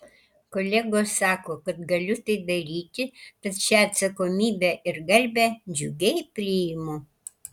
kolegos sako kad galiu tai daryti tad šią atsakomybę ir garbę džiugiai priimu